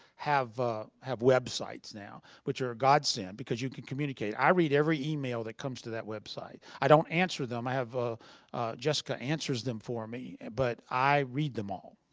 have have websites now. which are a god-send because you can communicate. i read every email that comes to that website. i don't answer them. i have a jessica answers them for me, but i read them all.